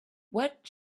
what